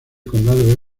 condado